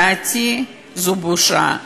לדעתי, זאת בושה.